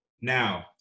Now